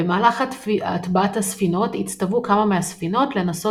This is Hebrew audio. במהלך הטבעת הספינות הצטוו כמה מהספינות לנסות